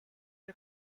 اون